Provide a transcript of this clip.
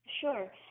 Sure